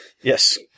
Yes